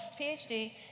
PhD